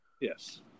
Yes